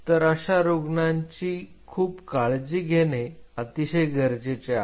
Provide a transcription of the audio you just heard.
तर अशा रुग्णांची खूप काळजी घेणे अतिशय गरजेचे आहे